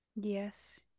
yes